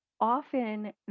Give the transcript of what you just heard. often